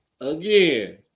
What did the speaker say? Again